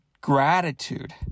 Gratitude